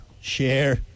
Share